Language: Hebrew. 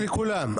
--- לכולם.